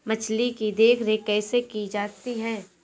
मछली की देखरेख कैसे की जाती है?